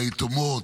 ליתומות,